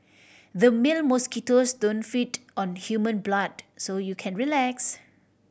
the male mosquitoes don't feed on human blood so you can relax